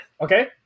Okay